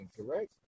correct